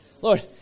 Lord